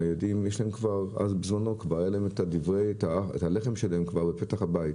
הם יודעים שיש להם כבר את הלחם שלהם כבר בפתח הבית.